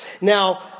Now